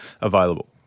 available